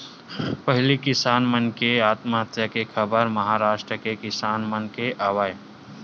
पहिली किसान मन के आत्महत्या के खबर महारास्ट के किसान मन के आवय